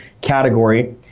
category –